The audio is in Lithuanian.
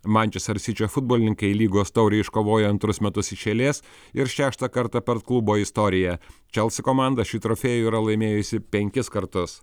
mančester sičio futbolininkai lygos taurę iškovojo antrus metus iš eilės ir šeštą kartą per klubo istoriją čelsi komanda šį trofėjų yra laimėjusi penkis kartus